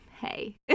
hey